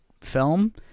film